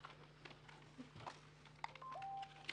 הישיבה ננעלה בשעה 11:45.